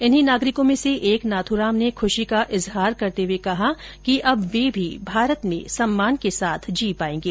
इन्ही नागरिकों में से एक नाथूराम ने खुशी का इजहार करते हुए कहा कि अब वे भी भारत में सम्मान के साथ जी पायेंगे